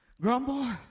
Grumble